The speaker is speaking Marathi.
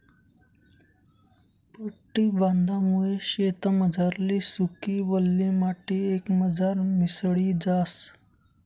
पट्टी बांधामुये शेतमझारली सुकी, वल्ली माटी एकमझार मिसळी जास